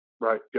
Right